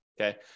okay